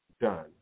done